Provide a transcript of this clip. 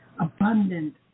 abundant